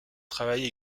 travaille